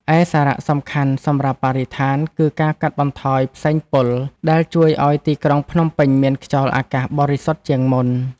ឯសារៈសំខាន់សម្រាប់បរិស្ថាន គឺការកាត់បន្ថយផ្សែងពុល ដែលជួយឱ្យទីក្រុងភ្នំពេញមានខ្យល់អាកាសបរិសុទ្ធជាងមុន។